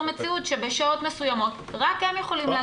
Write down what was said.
מציאות שבשעות מסוימות רק הם יכולים להגיע.